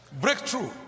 breakthrough